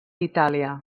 itàlia